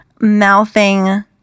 mouthing